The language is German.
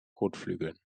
kotflügeln